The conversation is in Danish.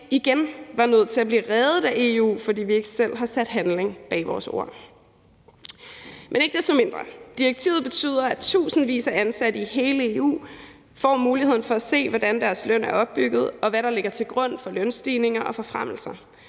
igen var nødt til at blive reddet af EU, fordi vi ikke selv har sat handling bag vores ord. Men ikke desto mindre betyder direktivet, at tusindvis af ansatte i hele EU får muligheden for at se, hvordan deres løn er opbygget, og hvad der ligger til grund for lønstigninger og forfremmelser.